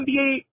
NBA